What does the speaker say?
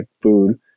food